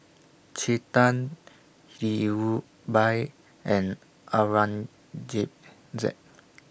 Chetan Dhirubhai and